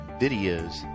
videos